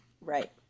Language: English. Right